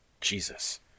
Jesus